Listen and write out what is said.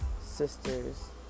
sisters